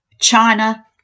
China